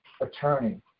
attorney